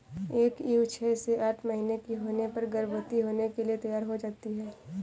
एक ईव छह से आठ महीने की होने पर गर्भवती होने के लिए तैयार हो जाती है